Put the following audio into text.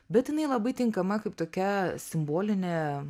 bet jinai labai tinkama kaip tokia simbolinė